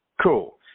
Cool